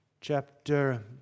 chapter